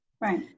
right